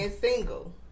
single